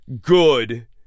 good